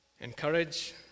encourage